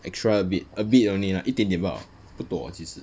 extra a bit a bit only lah 一点点罢了